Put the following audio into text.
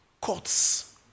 courts